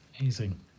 Amazing